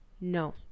no